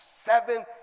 seven